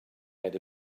had